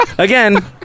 Again